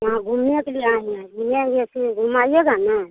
यहाँ घूमने के लिए आए हैं घूमेंगे फ़िर घुमाइएगा न